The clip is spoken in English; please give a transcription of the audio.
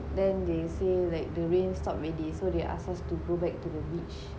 then they say like the rain stop already so they ask us to go back to the beach